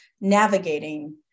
navigating